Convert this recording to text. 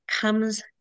comes